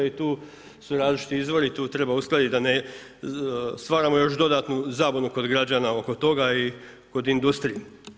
I tu su različiti izvori, tu treba uskladiti da ne stvaramo još dodatnu zabunu kod građana oko toga i kod industrije.